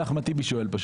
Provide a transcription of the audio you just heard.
אחמד טיבי שואל.